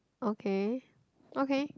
okay okay